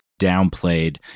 downplayed